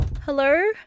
Hello